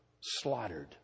slaughtered